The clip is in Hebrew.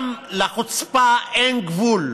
גם לחוצפה אין גבול.